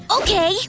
Okay